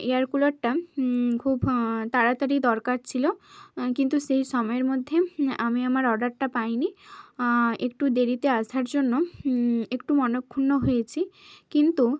air কুলারটা খুব তাড়াতাড়ি দরকার ছিল কিন্তু সেই সময়ের মধ্যে আমি আমার অর্ডারটা পাইনি একটু দেরিতে আসার জন্য একটু মনঃক্ষুণ্ণ হয়েছি কিন্তু